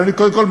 אבל קודם כול,